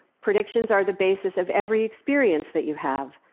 predictions are the basis of every experience that you have.